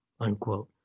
unquote